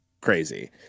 crazy